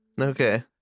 Okay